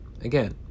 Again